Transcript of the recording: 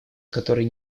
который